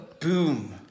boom